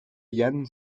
yann